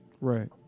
right